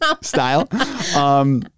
style